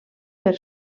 per